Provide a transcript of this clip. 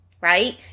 right